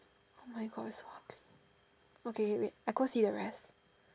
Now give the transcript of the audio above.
oh my God it's so ugly okay wait I go see the rest